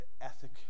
ethic